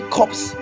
cops